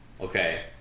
Okay